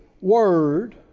word